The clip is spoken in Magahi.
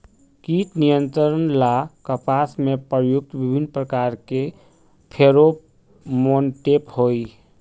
कीट नियंत्रण ला कपास में प्रयुक्त विभिन्न प्रकार के फेरोमोनटैप होई?